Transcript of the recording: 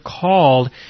called